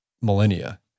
millennia